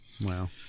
Wow